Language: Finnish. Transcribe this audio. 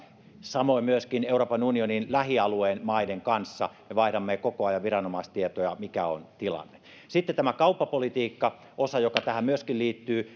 samoin myöskin euroopan unionin lähialueen maiden kanssa me vaihdamme koko ajan viranomaistietoja siitä mikä on tilanne sitten tämä kauppapolitiikkaosa joka tähän myöskin liittyy